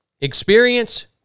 experience